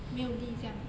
没有力这样